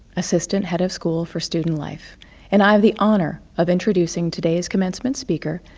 assistant head of school for student life and i have the honor of introducing today's commencement speaker,